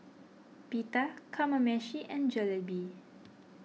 Pita Kamameshi and Jalebi